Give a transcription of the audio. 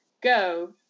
go